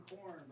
corn